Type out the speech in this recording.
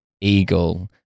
eagle